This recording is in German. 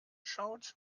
schaut